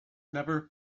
never